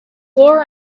lower